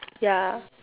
ya